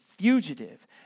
fugitive